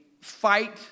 fight